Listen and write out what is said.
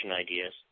ideas